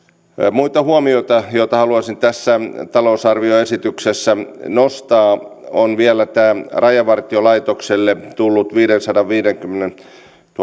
muita huomioita joita haluaisin tässä talousarvioesityksessä nostaa on vielä tämä rajavartiolaitokselle tullut viidensadanviidenkymmenentuhannen